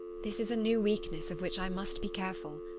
this is a new weakness, of which i must be careful.